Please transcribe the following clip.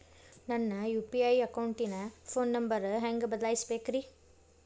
ನನ್ನ ಯು.ಪಿ.ಐ ಅಕೌಂಟಿನ phone number ಹೆಂಗ್ ಬದಲಾಯಿಸ ಬೇಕ್ರಿ?